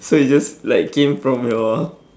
so you just like came from your